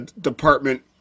department